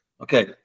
Okay